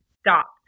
stop